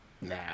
Nah